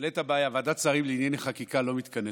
העלית בעיה: ועדת שרים לענייני חקיקה לא מתכנסת.